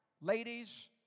Ladies